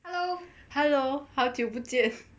hello 好久不见